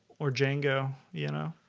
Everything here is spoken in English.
or django, you know,